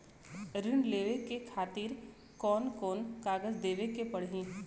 ऋण लेवे के खातिर कौन कोन कागज देवे के पढ़ही?